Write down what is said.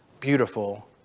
beautiful